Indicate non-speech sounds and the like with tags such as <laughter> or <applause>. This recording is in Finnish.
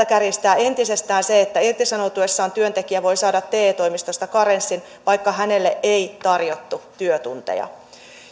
<unintelligible> kärjistää entisestään se että irtisanoutuessaan työntekijä voi saada te toimistosta karenssin vaikka hänelle ei tarjottu työtunteja